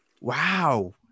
Wow